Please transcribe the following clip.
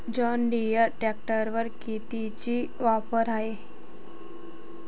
John Deere ट्रॅक्टरवर कितीची offer हाये?